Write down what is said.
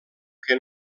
que